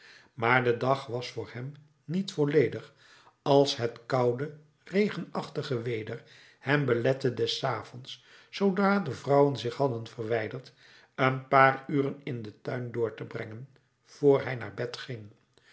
maar de dag was voor hem niet volledig als het koude regenachtige weder hem belette des avonds zoodra de vrouwen zich hadden verwijderd een paar uren in den tuin door te brengen vr hij naar bed ging